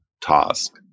task